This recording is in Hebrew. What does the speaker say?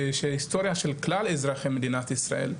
שהיסטוריה של כלל אזרחי מדינת ישראל,